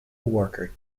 worker